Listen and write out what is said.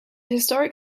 historic